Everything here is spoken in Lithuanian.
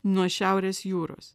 nuo šiaurės jūros